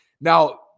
Now